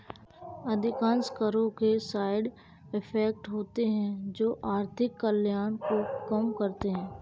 अधिकांश करों के साइड इफेक्ट होते हैं जो आर्थिक कल्याण को कम करते हैं